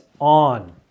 on